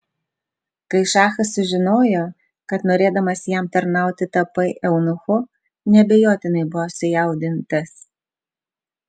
kai šachas sužinojo kad norėdamas jam tarnauti tapai eunuchu neabejotinai buvo sujaudintas